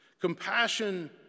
Compassion